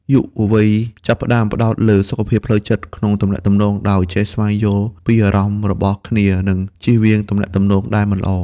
យុវវ័យចាប់ផ្ដើមផ្ដោតលើ «សុខភាពផ្លូវចិត្ត» ក្នុងទំនាក់ទំនង ដោយចេះស្វែងយល់ពីអារម្មណ៍របស់គ្នា និងចៀសវាងទំនាក់ទំនងដែលមិនល្អ។